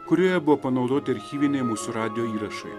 kurioje buvo panaudoti archyviniai mūsų radijo įrašai